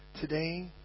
Today